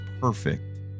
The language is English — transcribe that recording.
perfect